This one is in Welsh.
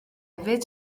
hefyd